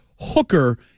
Hooker